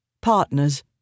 partners